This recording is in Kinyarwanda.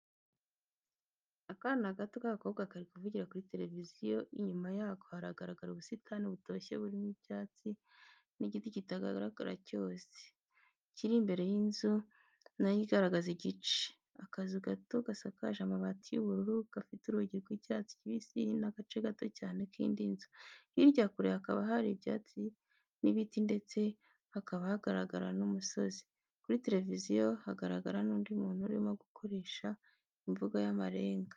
Akana gato k'agakobwa kari kuvugira kuri tereviziyo, inyuma yako haragaragara ubusitani butoshye burimo akanyatsi n'igiti kitagaragara cyose, kiri imbere y'inzu na yo igaragara igice, akazu gato gasakaje amabati y'ubururu, gafite urugi rw'icyatsi kibisi n'agace gato cyane k'indi nzu, hirya kure hakaba hari ibyatsi n'ibiti ndetse hakaba hagaragara n'umusozi, kuri tereviziyo haragaragara n'undi muntu urimo gukoresha imvugo y'amarenga.